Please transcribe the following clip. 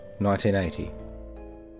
1980